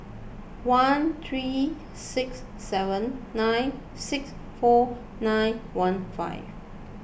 one three six seven nine six four nine one five